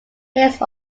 his